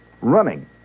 running